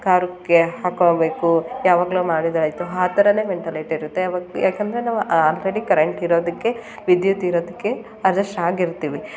ಖಾರಕ್ಕೆ ಹಾಕೋ ಬೇಕು ಯಾವಾಗಲೋ ಮಾಡಿದರಾಯ್ತು ಆ ಥರವೇ ಮೆಂಟಲಿಟಿ ಇರುತ್ತೆ ಅವಾಗ ಯಾಕೆಂದರೆ ನಾವು ಆಲ್ರೆಡಿ ಕರೆಂಟ್ ಇರೋದಕ್ಕೆ ವಿದ್ಯುತ್ ಇರೋದಕ್ಕೆ ಅಡ್ಜಸ್ಟ್ ಆಗಿರ್ತೀವಿ